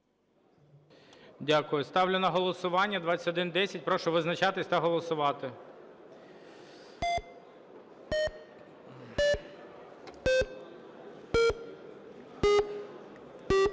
Ставлю на голосування 2110. Прошу визначатись та голосувати.